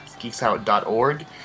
geeksout.org